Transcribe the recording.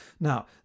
Now